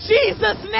Jesus